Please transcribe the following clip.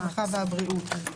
הרווחה והבריאות.